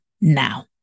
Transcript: now